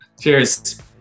Cheers